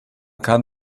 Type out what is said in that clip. kann